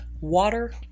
water